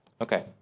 Okay